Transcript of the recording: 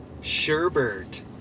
Sherbert